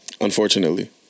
Unfortunately